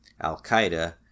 Al-Qaeda